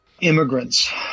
immigrants